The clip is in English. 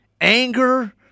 anger